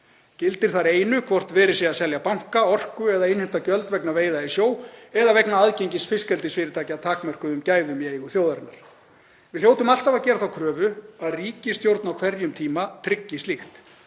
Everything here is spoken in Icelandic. Gildir þar einu hvort verið sé að selja banka, orku eða innheimta gjöld vegna veiða í sjó eða vegna aðgengis fiskeldisfyrirtækja að takmörkuðum gæðum í eigu þjóðarinnar. Við hljótum alltaf að gera þá kröfu að ríkisstjórn á hverjum tíma tryggi slíkt